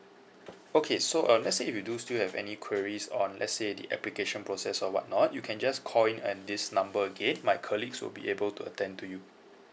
okay so uh let's say if you do still have any queries on let's say the application process or whatnot you can just call in and this number again my colleagues will be able to attend to you